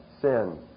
sin